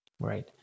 right